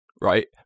right